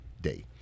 day